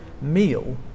meal